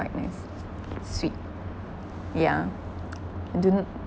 like is sweet yeah